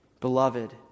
Beloved